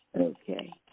Okay